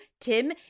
Tim